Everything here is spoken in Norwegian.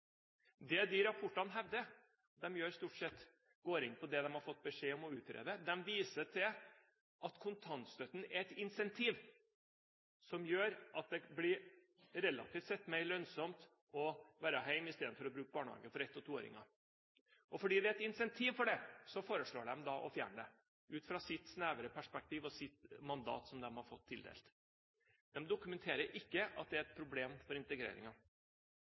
Det de rapportene viser til – de går stort sett inn på det man har fått beskjed om å utrede – er at kontantstøtten er et incentiv som gjør at det relativt sett blir mer lønnsomt å være hjemme istedenfor å bruke barnehage for ettåringer og toåringer. Fordi det er et incentiv for det, foreslår man å fjerne den – ut fra et snevert perspektiv og det mandat som man har fått tildelt. Det dokumenteres ikke at det er et problem for